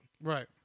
Right